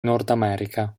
nordamerica